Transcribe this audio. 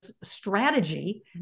strategy